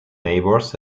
neighbors